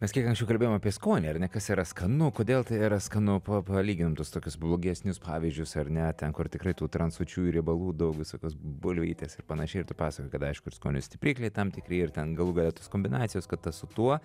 mes kiek ankščiau kalbėjome apie skonį ar ne kas yra skanu kodėl tai yra skanu pa pa palyginom tuos tokius blogesnius pavyzdžius ar ne ten kur tikrai tų trans sočiųjų riebalų daug visokios bulvytės ir panašiai ir tu pasakojai kad aišku ir skonio stiprikliai tam tikri ir ten galų gale tos kombinacijos kad tas su tuo